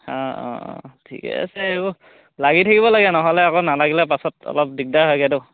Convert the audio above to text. অ অ অ ঠিকে আছে এইবোৰ লাগি থাকিব লাগে নহ'লে আকৌ নালাগিলে পাছত অলপ দিগদাৰ হয়গৈতো